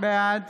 בעד